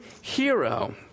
hero